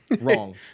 wrong